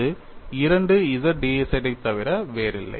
அது 2 z dz ஐத் தவிர வேறில்லை